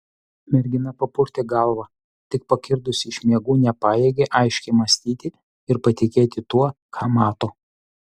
mergina papurtė galvą tik pakirdusi iš miegų nepajėgė aiškiai mąstyti ir patikėti tuo ką mato